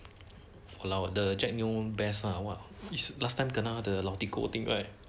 !walao! the jack neo best lah !wah! is last time kena the 老 tiko thing right